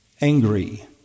Angry